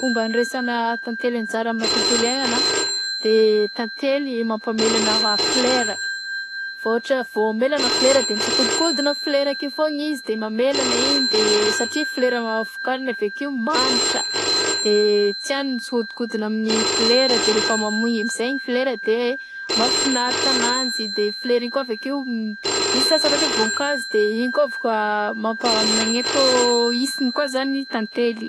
Fomba fandraisana tantely anjara aminà tontolo iaignana de tantely mampamelana flera vao ôhatra vao amelana flera misokodokodona flera akeo foagna izy de mamelagna igny de satria flera vokariny avekeo manitra de tiàgny ny hodikodina amin'ny flera de rehefa mamoy amzay ny flera de mafinaritra ananjy de flera igny koa avekeo m-misy sasany ôhatra hoe vonikazo de igny koa afaka mampamanentô isiny koa zagny tantely.